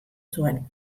zuen